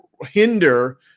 hinder